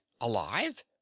alive